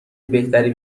بهتری